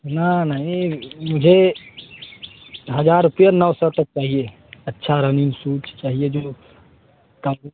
ना ना यह मुझे हज़ार रुपये नौ सौ तक चाहिए अच्छा रनिंग शूज चाहिए जो का